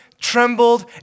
trembled